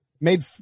made